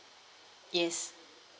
yes